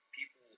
People